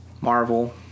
Marvel